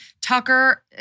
Tucker